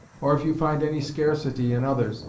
or if you find any scarcity in others,